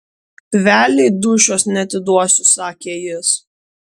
velniui dūšios neatiduosiu sakė jis